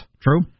True